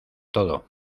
todo